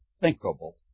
thinkable